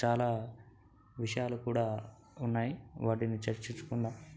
చాలా విషయాలు కూడా ఉన్నాయి వాటిని చర్చించుకుందాము